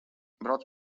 brauc